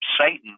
Satan